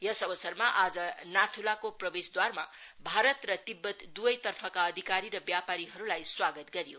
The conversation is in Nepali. यस अवसरमा आज नाथुलाको प्रवेशद्वारमा भारत र तिब्बत दुवै तर्फका अधिकारी र व्यापारीहरूलाई स्वागत गरियो